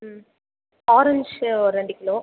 ம் ஆரஞ்ச் ஒரு ரெண்டு கிலோ